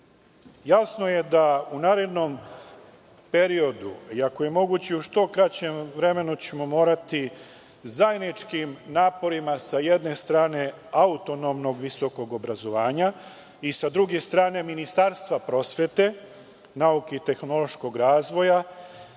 da ćemo u narednom periodu, i ako je moguće u što kraćem vremenu, morati zajedničkim naporima, s jedne strane autonomnog visokog obrazovanja, i s druge strane Ministarstva prosvete, nauke i tehnološkog razvoja,